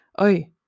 Oi